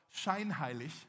scheinheilig